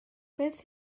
beth